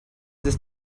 this